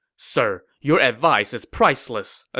sir, your advice is priceless! ah